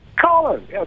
Colin